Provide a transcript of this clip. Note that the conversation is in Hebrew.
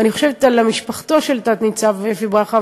ואני חושבת על משפחתו של תת-ניצב אפי ברכה,